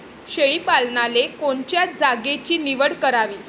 शेळी पालनाले कोनच्या जागेची निवड करावी?